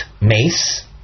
mace